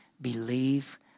believe